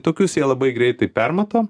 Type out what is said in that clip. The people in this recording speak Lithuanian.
tokius jie labai greitai permato